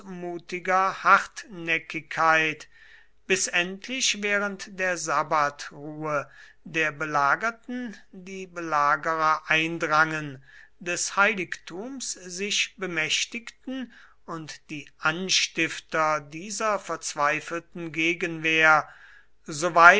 todesmutiger hartnäckigkeit bis endlich während der sabbathruhe der belagerten die belagerer eindrangen des heiligtums sich bemächtigten und die anstifter dieser verzweifelten gegenwehr